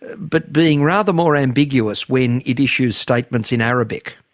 but being rather more ambiguous when it issues statements in arabic.